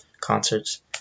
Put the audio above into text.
concerts